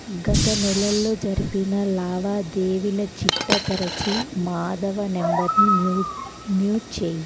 గత నెలల్లో జరిపిన లావాదేవిల చిట్ట తెరచి మాధవ నంబర్ని మ్యూట్ మ్యూట్ చేయి